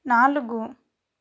నాలుగు